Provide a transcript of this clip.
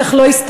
אך לא הסתייע.